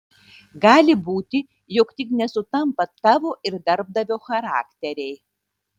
gali būti jog tik nesutampa tavo ir darbdavio charakteriai